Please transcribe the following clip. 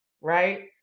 right